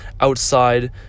outside